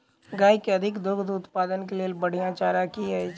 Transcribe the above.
गाय केँ अधिक दुग्ध उत्पादन केँ लेल बढ़िया चारा की अछि?